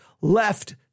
Left